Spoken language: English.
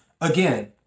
Again